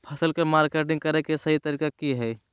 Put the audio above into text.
फसल के मार्केटिंग करें कि सही तरीका की हय?